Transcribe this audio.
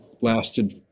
lasted